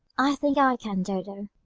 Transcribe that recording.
i think i can, dodo.